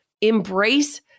Embrace